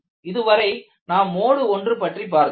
இதுவரை நாம் மோடு 1 பற்றி பார்த்தோம்